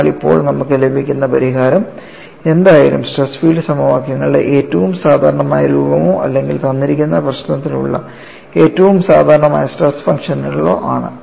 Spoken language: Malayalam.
എന്നാൽ ഇപ്പോൾ നമുക്ക് ലഭിക്കുന്ന പരിഹാരം എന്തായാലും സ്ട്രെസ് ഫീൽഡ് സമവാക്യങ്ങളുടെ ഏറ്റവും സാധാരണമായ രൂപമോ അല്ലെങ്കിൽ തന്നിരിക്കുന്ന പ്രശ്നത്തിനുള്ള ഏറ്റവും സാധാരണമായ സ്ട്രെസ് ഫംഗ്ഷനുകളോ ആണ്